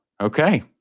Okay